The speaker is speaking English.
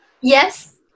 yes